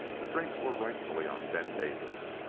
the drinks were rightfully on ben davis,